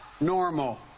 normal